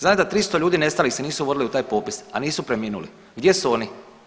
Znaju da 300 ljudi nestalih se nisu vodili u taj popis, a nisu preminuli, gdje su oni.